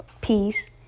peace